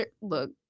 look